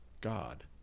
God